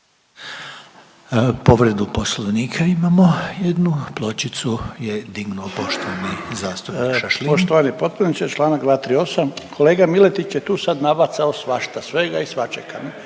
Povredu Poslovnika imamo jednu pločicu je dignuo poštovani zastupnik Šašlin. **Šašlin, Stipan (HDZ)** Poštovani potpredsjedniče, čl. 238. Kolega Miletić je tu sad nabacao svašta, svega i svačega